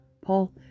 Paul